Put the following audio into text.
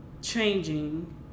changing